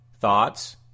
Thoughts